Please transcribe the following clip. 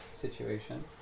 situation